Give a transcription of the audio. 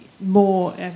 more